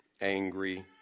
angry